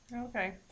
Okay